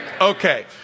Okay